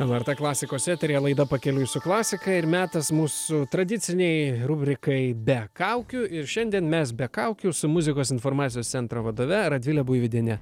lrt klasikos eteryje laida pakeliui su klasika ir metas mūsų tradicinei rubrikai be kaukių ir šiandien mes be kaukių su muzikos informacijos centro vadove radvile buivydiene